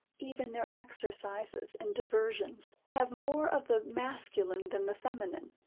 even their exercises and diversions have more of the masculine than the feminine.